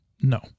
No